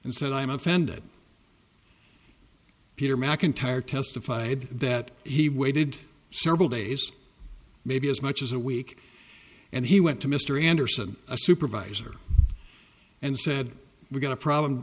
and said i'm offended peter macintyre testified that he waited several days maybe as much as a week and he went to mr anderson a supervisor and said we've got a problem